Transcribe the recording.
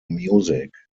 music